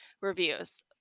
reviews